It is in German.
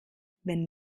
wenn